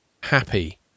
happy